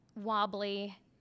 wobbly